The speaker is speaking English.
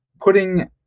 putting